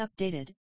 updated